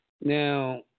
Now